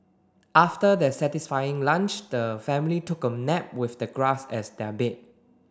after their satisfying lunch the family took a nap with the grass as their bed